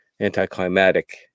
anticlimactic